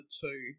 two